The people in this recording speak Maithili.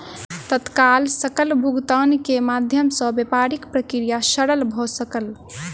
तत्काल सकल भुगतान के माध्यम सॅ व्यापारिक प्रक्रिया सरल भ सकल